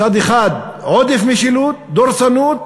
מצד אחד עודף משילות, דורסנות,